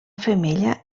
femella